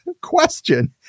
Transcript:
question